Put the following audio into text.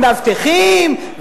מאבטחים,